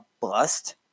bust